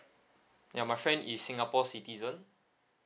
ya my friend is singapore citizen